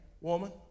woman